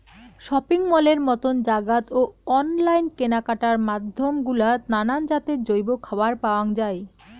shopping মলের মতন জাগাত ও অনলাইন কেনাকাটার মাধ্যম গুলাত নানান জাতের জৈব খাবার পাওয়াং যাই